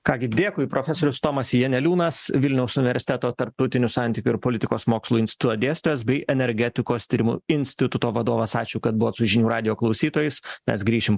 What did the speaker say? ką gi dėkui profesorius tomas janeliūnas vilniaus universiteto tarptautinių santykių ir politikos mokslų instituto dėstytojas bei energetikos tyrimų instituto vadovas ačiū kad buvot su žinių radijo klausytojais mes grįšim